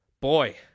Boy